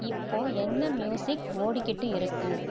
இப்போது என்ன மியூசிக் ஓடிக்கிட்டு இருக்கு